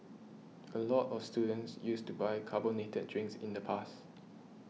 a lot of students used to buy carbonated drinks in the past